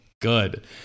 good